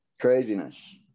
Craziness